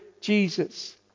Jesus